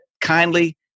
kindly